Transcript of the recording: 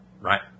right